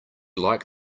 like